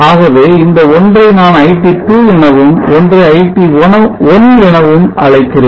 ஆகவே இந்த ஒன்றை நான் iT2 எனவும் ஒன்றை iT1 எனவும் அழைக்கிறேன்